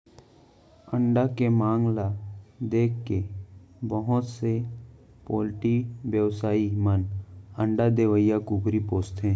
अंडा के मांग ल देखके बहुत से पोल्टी बेवसायी मन अंडा देवइया कुकरी पोसथें